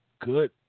good